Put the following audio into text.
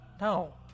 No